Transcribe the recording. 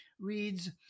reads